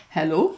Hello